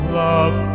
love